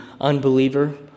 unbeliever